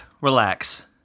relax